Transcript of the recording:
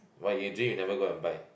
why you drink you never go and buy